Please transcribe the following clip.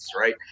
Right